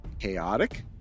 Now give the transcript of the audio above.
chaotic